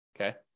Okay